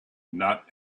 not